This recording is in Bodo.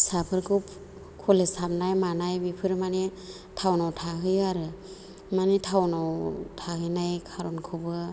फिसाफोरखौ कलेज हाबनाय मानाय बेफोर माने टाउनआव थाहैयो आरो माने टाउनआव थाहैनाय खार'नखौबो